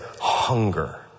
hunger